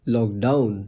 Lockdown